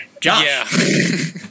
Josh